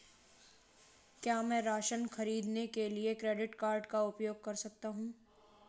क्या मैं राशन खरीदने के लिए क्रेडिट कार्ड का उपयोग कर सकता हूँ?